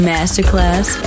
Masterclass